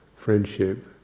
friendship